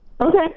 Okay